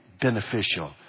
beneficial